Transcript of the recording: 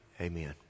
Amen